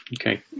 Okay